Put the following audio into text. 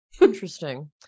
Interesting